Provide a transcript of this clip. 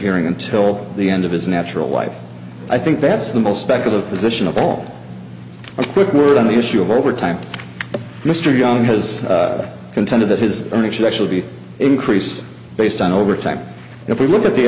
hearing until the end of his natural life i think best the most spec of the position of all a quick word on the issue of over time mr young has contended that his earning should actually be increased based on overtime if you look at the